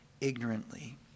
ignorantly